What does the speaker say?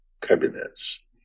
cabinets